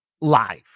live